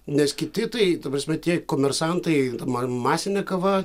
nes kiti tai ta prasme tie komersantai man masinė kava